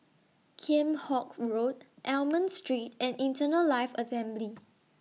Kheam Hock Road Almond Street and Eternal Life Assembly